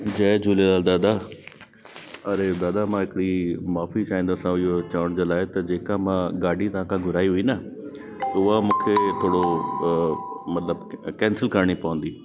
जय झूलेलाल दादा अरे दादा मां हिकिड़ी माफ़ी चाहिंदसि ऐं इहो चवण जे लाइ त जेका मां गाॾी तव्हांखां घुराई हुई न उहा मूंखे मतिलबु कैंसिल करणी पवंदी